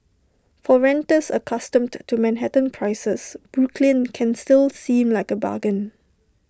for renters accustomed to Manhattan prices Brooklyn can still seem like A bargain